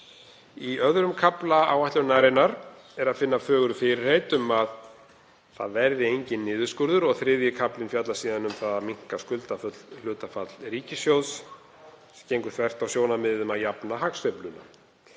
Í öðrum kafla áætlunarinnar er að finna fögur fyrirheit um að það verði enginn niðurskurður og þriðji kafli fjallar síðan um það að minnka skuldahlutfall ríkissjóðs, sem gengur þvert á sjónarmiðið um að jafna hagsveifluna.